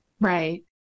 Right